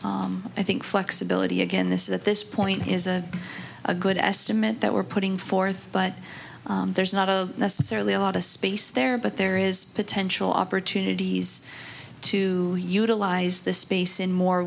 of i think flexibility again this is at this point is a good estimate that we're putting forth but there's not a necessarily a lot of space there but there is potential opportunities to utilize this space in more